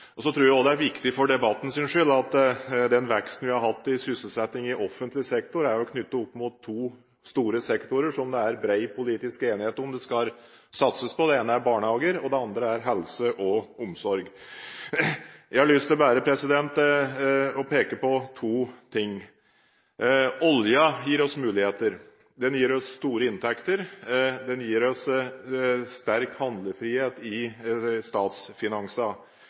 Så tror jeg det er viktig for debattens skyld å vise til at den veksten vi har hatt i sysselsetting i offentlig sektor, er knyttet opp mot to store sektorer som det er bred politisk enighet om at det skal satses på, det ene er barnehager og det andre er helse og omsorg. Jeg har lyst til å peke på to ting. Oljen gir oss muligheter. Den gir oss store inntekter, den gir oss sterk handlefrihet i